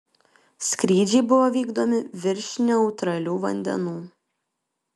skrydžiai buvo vykdomi virš neutralių vandenų